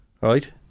right